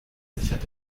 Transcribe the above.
sichert